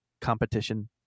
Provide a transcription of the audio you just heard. competition